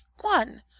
One